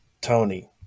Tony